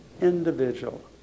individual